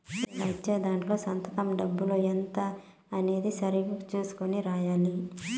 ఇలా ఇచ్చే దాంట్లో సంతకం డబ్బు ఎంత అనేది సరిగ్గా చుసుకొని రాయాలి